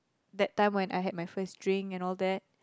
that time when I had my first drink and all that